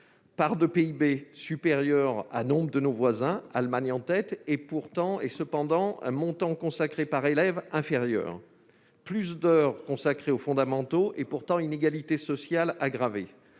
part de PIB supérieure à nombre de nos voisins- Allemagne en tête -et, cependant, un montant consacré par élève inférieur ; plus d'heures consacrées aux fondamentaux et pourtant inégalité sociale aggravée